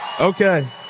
Okay